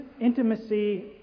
intimacy